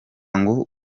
ngo